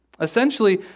Essentially